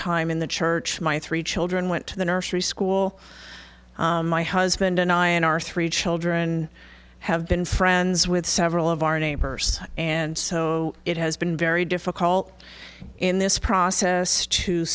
time in the church my three children went to the nursery school my husband and i and our three children have been friends with several of our neighbors and so it has been very difficult in this process to